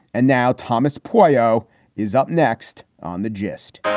and now thomas plato is up next on the gist